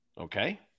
Okay